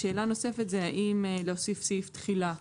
שאלה נוספת, האם להוסיף סעיף תחילה.